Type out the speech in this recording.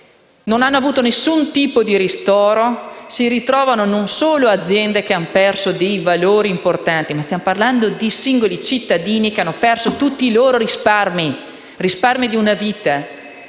non hanno avuto nessun tipo di ristoro. Non solo vi sono aziende che hanno perso dei valori importanti, ma stiamo parlando di singoli cittadini che hanno perso tutti i loro risparmi, i risparmi di una vita,